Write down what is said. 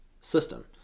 system